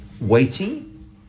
waiting